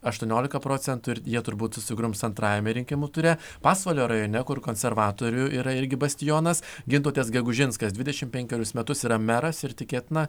aštuoniolika procentų ir jie turbūt susigrums antrajame rinkimų ture pasvalio rajone kur konservatorių yra irgi bastionas gintautas gegužinskas dvidešimt penkerius metus yra meras ir tikėtina